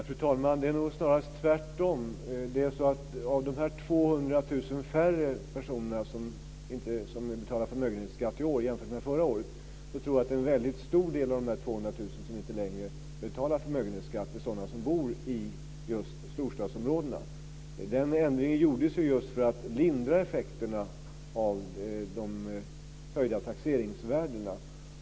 Fru talman! Det är nog snarast tvärtom. Jag tror att en väldigt stor del av de 200 000 personer som inte betalar förmögenhetsskatt i år jämfört med förra året är sådana som bor i just storstadsområdena. Den ändringen gjordes för att lindra effekterna av de höjda taxeringsvärdena.